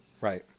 Right